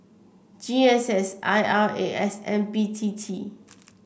G S S I R A S and B T T